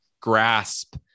grasp